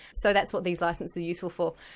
so that's what these licences are useful for.